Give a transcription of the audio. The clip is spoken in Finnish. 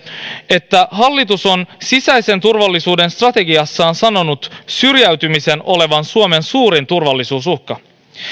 että hallitus on sisäisen turvallisuuden strategiassaan sanonut syrjäytymisen olevan suomen suurin turvallisuusuhka